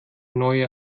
neue